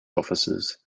offices